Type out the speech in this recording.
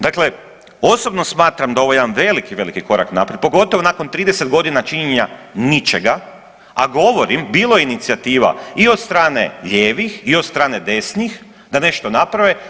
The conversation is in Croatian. Dakle, osobno smatram da je ovo jedan veliki, veliki korak naprijed, pogotovo nakon 30 godina činjenja ničega, a govorim bilo je inicijativa i od strane lijevih i od strane desnih da nešto naprave.